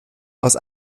aus